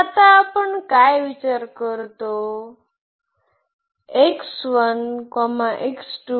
तर आता आपण काय विचार करतो